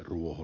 ruoho